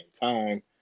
time